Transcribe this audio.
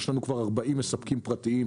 ויש לנו כבר 40 מספקים פרטיים,